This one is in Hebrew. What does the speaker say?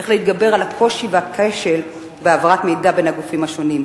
איך להתגבר על הקושי והכשל בהעברת מידע בין הגופים השונים,